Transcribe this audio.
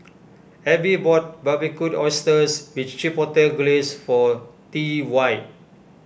Ebbie bought Barbecued Oysters with Chipotle Glaze for T Y